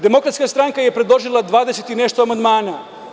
Demokratska stranka je predložila 20 i nešto amandmana.